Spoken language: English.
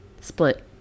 Split